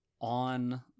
on